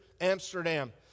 Amsterdam